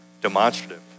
Demonstrative